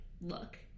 look